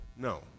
No